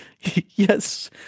Yes